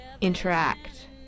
interact